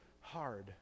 hard